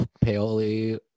Paoli